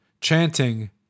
chanting